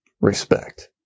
respect